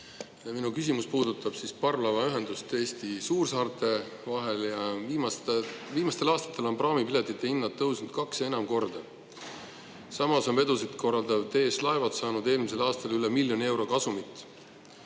Minu küsimus puudutab parvlaevaühendust Eesti suursaartega. Viimastel aastatel on praamipiletite hinnad tõusnud kaks ja enam korda. Samas on vedusid korraldav TS Laevad saanud eelmisel aastal üle miljoni euro kasumit.